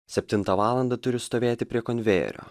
septintą valandą turi stovėti prie konvejerio